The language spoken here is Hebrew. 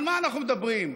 על מה אנחנו מדברים?